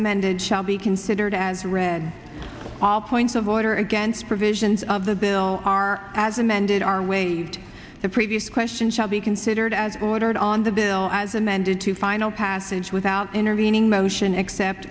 amended shall be considered as read all points of order against provisions of the bill are as amended our way to the previous question shall be considered as ordered on the bill as amended to final passage without intervening motion except